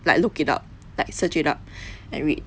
like look it up like search it up and read